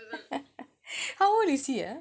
how old is he ah